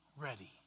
ready